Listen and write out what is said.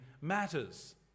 matters